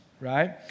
right